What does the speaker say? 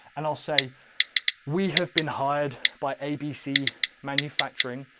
and i'll say we have been hired by abc manufacturing,